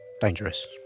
dangerous